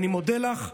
אני מודה לך.